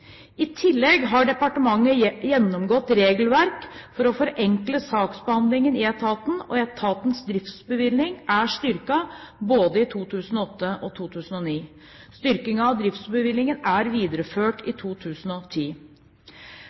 I tillegg har departementet gjennomgått regelverk for å forenkle saksbehandlingen i etaten, og etatens driftsbevilgning er styrket både i 2008 og i 2009. Styrkingen av driftsbevilgningen er videreført i 2010.